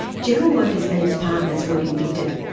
general motors and its partners were convicted,